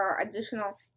additional